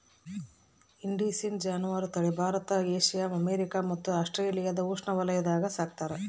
indicine ಜಾನುವಾರು ತಳಿ Bharat Asia America ಮತ್ತು ಆಸ್ಟ್ರೇಲಿಯಾದ ಉಷ್ಣವಲಯಾಗ ಸಾಕ್ತಾರ